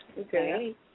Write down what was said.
Okay